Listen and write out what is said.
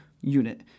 unit